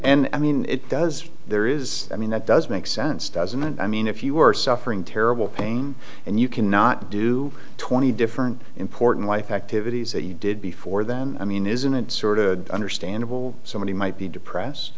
and i mean it does there is i mean that does make sense doesn't it i mean if you are suffering terrible pain and you cannot do twenty different important life activities that you did before then i mean isn't it sort of understandable somebody might be depressed